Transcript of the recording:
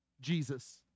Jesus